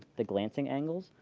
the glancing angles.